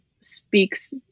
speaks